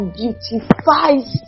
beautifies